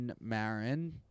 marin